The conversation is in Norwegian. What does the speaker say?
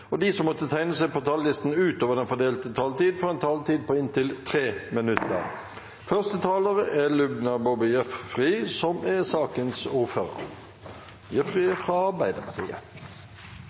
og de som måtte tegne seg på talerlisten utover den fordelte taletid, får en taletid på inntil 3 minutter.